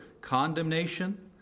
condemnation